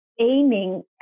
aiming